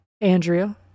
andrea